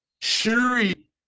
Shuri